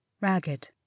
ragged